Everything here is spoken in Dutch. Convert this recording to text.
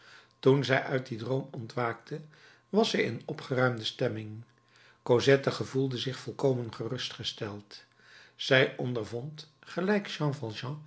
toen zij uit dien droom ontwaakte was zij in opgeruimde stemming cosette gevoelde zich volkomen gerustgesteld zij ondervond gelijk